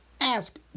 Ask